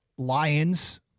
Lions